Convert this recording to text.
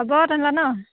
হ'ব তেনেহ'লে ন